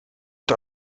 het